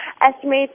estimates